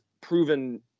proven